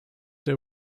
they